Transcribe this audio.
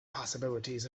possibilities